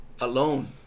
Alone